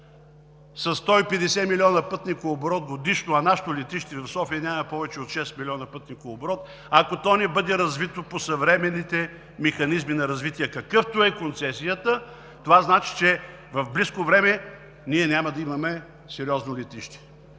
със 150 милиона пътникооборот годишно, а нашето летище в София няма повече от 6 милиона пътникооборот, ако то не бъде развито по съвременните механизми на развитие, какъвто е концесията, това значи, че в близко време ние няма да имаме сериозно летище.